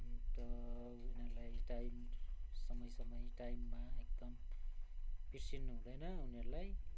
अन्त उनीहरूलाई टाइम समय समय टाइममा एकदम बिर्सिन्नु हुँदैन उनीहरूलाई